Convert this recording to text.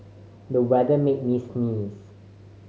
the weather made me sneeze